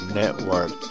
network